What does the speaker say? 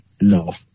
No